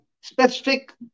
Specific